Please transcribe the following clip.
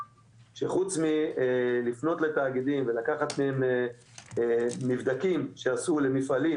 שחוץ מלפנות לתאגידים ולקחת מהם מבדקים שעשו למפעלים